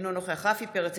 אינו נוכח רפי פרץ,